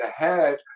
ahead